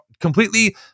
completely